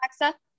Alexa